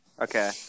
Okay